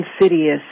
insidious